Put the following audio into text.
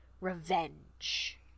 Revenge